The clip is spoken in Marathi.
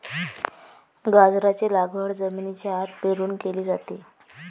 गाजराची लागवड जमिनीच्या आत पेरून केली जाते